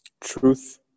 Truth